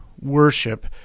worship